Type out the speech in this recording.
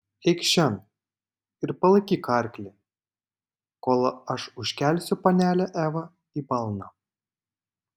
eikš šen ir palaikyk arklį kol aš užkelsiu panelę evą į balną